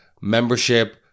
membership